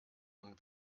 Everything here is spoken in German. man